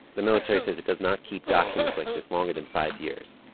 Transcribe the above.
the military says it does not keep documents like this longer than five years.